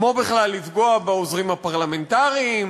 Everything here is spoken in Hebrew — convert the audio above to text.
כמו בכלל לפגוע בעוזרים הפרלמנטריים,